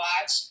watch